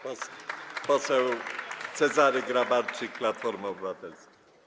Poseł Cezary Grabarczyk, Platforma Obywatelska.